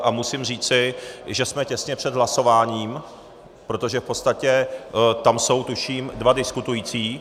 A musím říci, že jsme těsně před hlasováním, protože v podstatě tam jsou, tuším, dva diskutující.